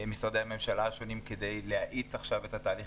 משרדי הממשלה השונים כדי להאיץ עכשיו את התהליך,